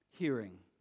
Hearing